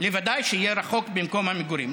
לוודאי שיהיה רחוק ממקום המגורים.